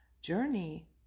journey